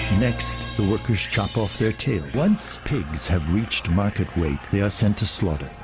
next, the workers chop off their tail. once pigs have reached market weight they are send to slaughter.